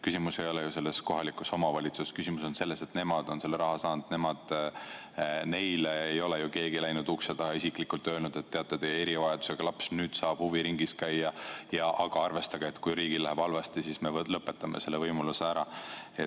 Küsimus ei ole ju kohalikus omavalitsuses. Küsimus on selles, et need pered on selle raha saanud, aga neile ei ole keegi läinud ukse taha ja neile isiklikult öelnud, et teate, teie erivajadusega laps nüüd saab huviringis käia, aga arvestage, et kui riigil läheb halvasti, siis me lõpetame selle võimaluse ära.